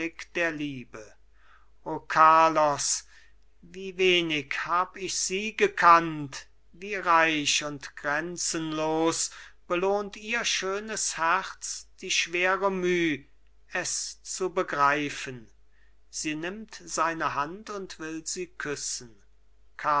der liebe o carlos wie wenig hab ich sie gekannt wie reich und grenzenlos belohnt ihr schönes herz die schwere müh es zu begreifen sie nimmt seine hand und will sie küssen